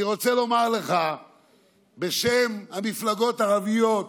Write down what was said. אני רוצה לומר לך בשם המפלגות הערביות: